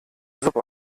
suppe